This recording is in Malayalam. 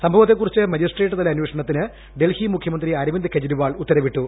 സംഭവത്തെക്കുറിച്ച് മജിസ്ട്രേറ്റ്തല അന്വേഷണത്തിന് ഡൽഹി മുഖ്യമന്ത്രി അരവിന്ദ് കെജ്രിവാൾ ഉത്തരവിട്ടു